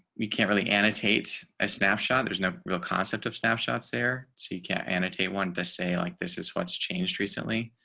we can't really annotate a snapshot. there's no real concept of snapshots there so you can annotate one to say like, this is what's changed recently.